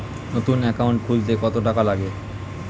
নতুন একাউন্ট খুলতে কত টাকা লাগে?